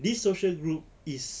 this social group is